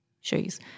shoes